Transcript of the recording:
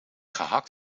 gehakt